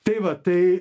tai vat tai